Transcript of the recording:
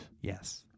Yes